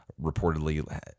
reportedly